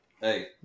hey